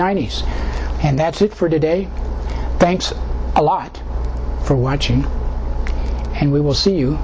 ninety's and that's it for today thanks a lot for watching and we will see you